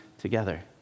together